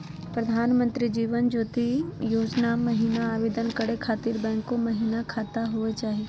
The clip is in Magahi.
प्रधानमंत्री जीवन ज्योति योजना महिना आवेदन करै खातिर बैंको महिना खाता होवे चाही?